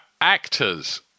Actors